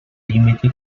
límite